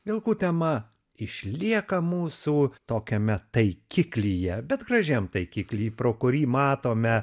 vilkų tema išlieka mūsų tokiame taikiklyje bet gražiam taikiklį pro kurį matome